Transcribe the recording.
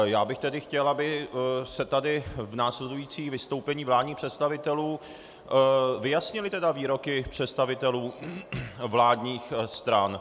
Já bych tedy chtěl, aby se tady v následujících vystoupeních vládních představitelů vyjasnily výroky představitelů vládních stran.